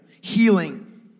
Healing